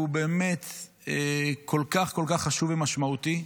הוא באמת כל כך חשוב ומשמעותי.